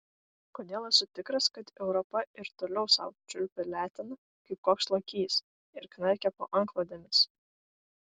kodėl esu tikras kad europa ir toliau sau čiulpia leteną kaip koks lokys ir knarkia po antklodėmis